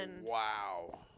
Wow